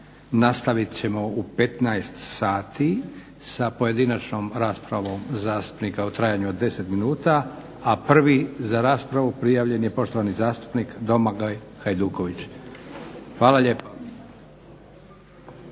Nastavit ćemo u 15,00 sati sa pojedinačnom raspravom zastupnika u trajanju od 10 minuta, a prvi za raspravu prijavljen je poštovani zastupnik Domagoj Hajduković. Hvala lijepa.